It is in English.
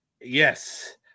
Yes